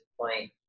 point